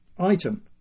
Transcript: item